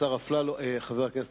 חבר הכנסת